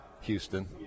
Houston